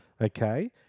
Okay